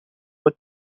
voie